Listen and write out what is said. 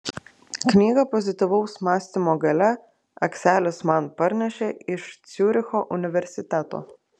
knygą pozityvaus mąstymo galia akselis man parnešė iš ciuricho universiteto